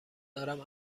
دارم